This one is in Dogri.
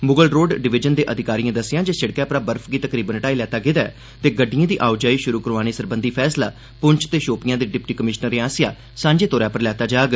मुगल रोड डिवीजन दे अधिकारिएं दस्सेआ ऐ जे सिड़कै परा बर्फ गी तकरीबन हटाई लैता गेदा ऐ ते गड्डिएं दी आओजाई शुरु करोआने सरबंधी फैसला पुंछ ते शोपियां ते डिप्टी कमिशनरें आसेआ सांझे तौरा पर लैता जाग